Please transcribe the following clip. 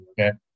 okay